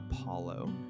Apollo